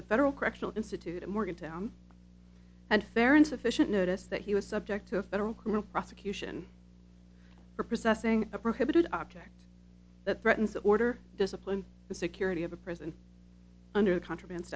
the federal correctional institute in morgantown and fair insufficient notice that he was subject to a federal criminal prosecution for possessing a prohibited object that threatens order discipline the security of a prison under contraband